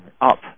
up